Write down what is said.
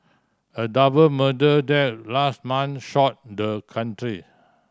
a double murder that last month shocked the country